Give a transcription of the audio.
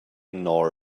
nor